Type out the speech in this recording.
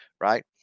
right